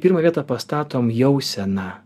pirmą vietą pastatom jauseną